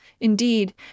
Indeed